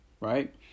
right